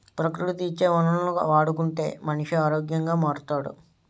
ప్రకృతి ఇచ్చే వనరులను వాడుకుంటే మనిషి ఆరోగ్యంగా మారుతాడు